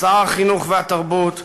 שר החינוך והתרבות,